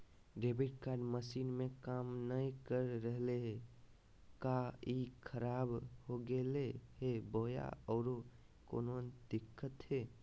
Debit card machine में काम नाय कर रहले है, का ई खराब हो गेलै है बोया औरों कोनो दिक्कत है?